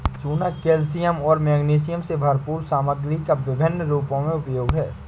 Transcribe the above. चूना कैल्शियम और मैग्नीशियम से भरपूर सामग्री का विभिन्न रूपों में उपयोग है